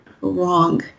wrong